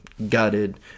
gutted